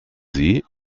sie